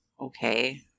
Okay